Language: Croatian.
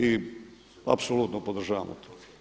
I apsolutno podržavamo to.